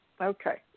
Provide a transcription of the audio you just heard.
Okay